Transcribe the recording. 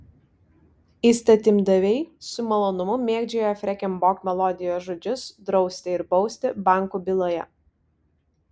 įstatymdaviai su malonumu mėgdžioja freken bok melodijos žodžius drausti ir bausti bankų byloje